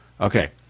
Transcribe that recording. Okay